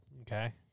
Okay